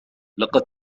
لقد